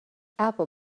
apple